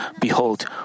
behold